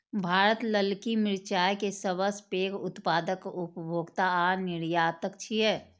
भारत ललकी मिरचाय के सबसं पैघ उत्पादक, उपभोक्ता आ निर्यातक छियै